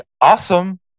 awesome